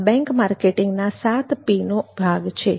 આ બેંક માર્કેટિંગના 7P નો ભાગ છે